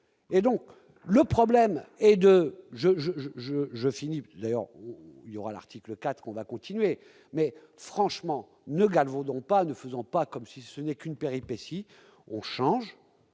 et donc le problème est de je, je, je, je, je finis d'ailleurs, il y aura l'article 4 on va continuer mais franchement ne galvaude pas, ne faisons pas comme si ce n'est qu'une péripétie, on change